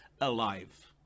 alive